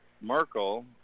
Merkel